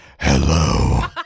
Hello